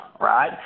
right